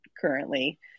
currently